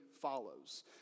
follows